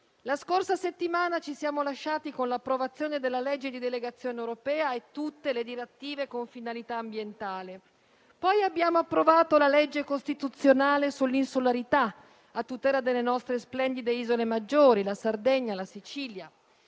La scorsa settimana ci siamo lasciati con l'approvazione della legge di delegazione europea e di tutte le direttive con finalità ambientale; poi abbiamo approvato la legge costituzionale sull'insularità, a tutela delle nostre splendide isole maggiori, la Sardegna e la Sicilia;